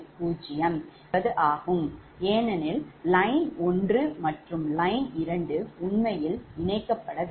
0 என்பது ஏனெனில் line 1 மற்றும் line 2 உண்மையில் இணைக்கப்படவில்லை